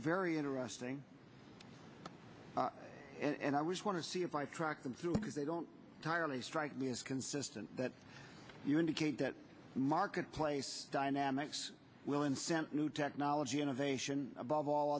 very interesting and i was want to see if i track them through because they don't tire and they strike me as consistent that you indicate that marketplace dynamics will and sent new technology innovation above all